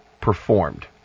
performed